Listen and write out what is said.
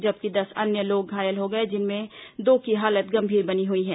जबकि दस अन्य लोग घायल हो गए जिनमें से दो की हालत गंभीर बनी हुई है